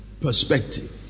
perspective